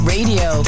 Radio